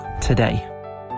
today